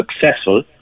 successful